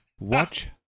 Watch